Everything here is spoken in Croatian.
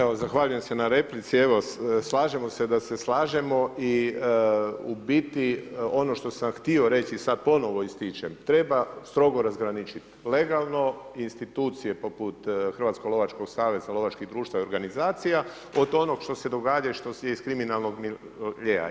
Evo, zahvaljujem se na replici, evo slažemo se da se slažemo i u biti ono što sam htio reći i sada ponovno ističem, treba strogo razgraničiti legalno i institucije poput Hrvatskog lovačkog saveza, lovačkih društava i organizacija od onog što se događa i što je iz kriminalnog miljea.